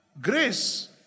Grace